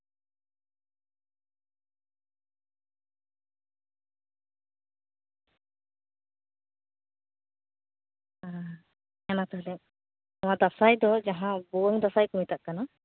ᱦᱮᱸ ᱦᱮᱢᱟ ᱛᱟᱦᱞᱮ ᱱᱚᱣᱟ ᱫᱟᱸᱥᱟᱭ ᱫᱚ ᱡᱟᱦᱟᱸ ᱵᱷᱩᱣᱟᱹᱝ ᱫᱟᱸᱥᱟᱭ ᱠᱚ ᱢᱮᱛᱟᱜ ᱠᱟᱱᱟ ᱚᱱᱟ